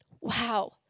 wow